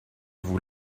vous